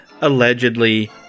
allegedly